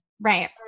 right